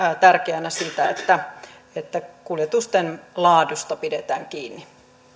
tärkeänä sitä että että kuljetusten laadusta pidetään kiinni